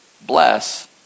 Bless